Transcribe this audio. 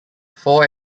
four